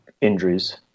injuries